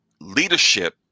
leadership